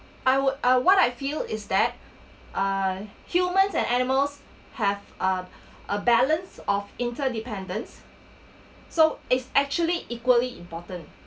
I would uh what I feel is that err humans and animals have a a balance of interdependence so is actually equally important